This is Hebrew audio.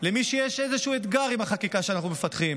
למי שיש איזשהו אתגר עם החקיקה שאנחנו מפתחים,